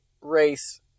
race